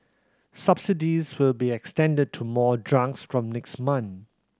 subsidies will be extended to more drugs from next month